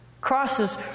Crosses